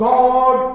God